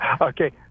Okay